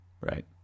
right